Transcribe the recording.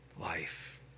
life